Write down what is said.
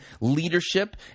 leadership